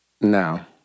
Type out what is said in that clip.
Now